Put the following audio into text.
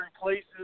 places